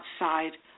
outside